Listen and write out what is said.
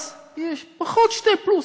אז יהיה פחות שני פלוס,